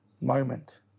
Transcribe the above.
moment